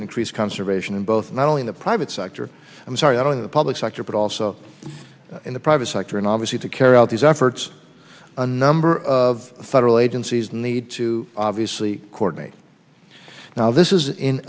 increase conservation in both not only in the private sector i'm sorry i don't know the public sector but also in the private sector and obviously to carry out these efforts a number of federal agencies need to obviously coordinate now this is in